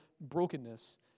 brokenness